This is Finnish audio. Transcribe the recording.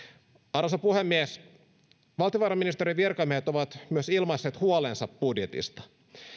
arvoisa puhemies valtiovarainministeriön virkamiehet ovat myös ilmaisseet huolensa budjetista